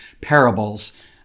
parables